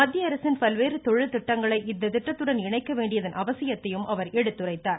மத்திய அரசின் பல்வேறு தொழில் திட்டங்களை இத்திட்டத்துடன் இணைக்க வேண்டியதன் அவசியத்தையும் அவர் எடுத்துரைத்தார்